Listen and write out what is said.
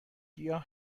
گیاه